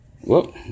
Whoop